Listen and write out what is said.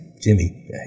Jimmy